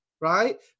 right